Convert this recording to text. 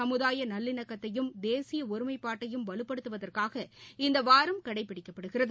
சமுதாயநல்லிணக்கத்தையும் தேசியஒருமைப்பாட்டையும் வலுப்படுத்துவதற்காக இந்தவாரம் கடைபிடிக்கப்படுகிறது